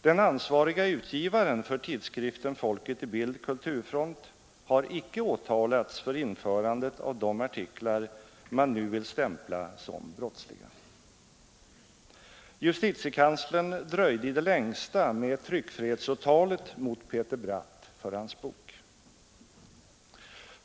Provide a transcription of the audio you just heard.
Den ansvarige utgivaren för tidskriften Folket i Bild/Kulturfront har icke åtalats för införandet av de artiklar man nu vill stämpla som brottsliga. Justitiekanslern dröjde i det längsta med tryckfrihetsåtalet mot Peter Bratt för hans bok.